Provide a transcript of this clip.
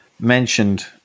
mentioned